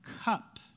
cup